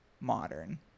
modern